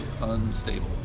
unstable